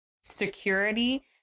security